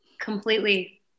Completely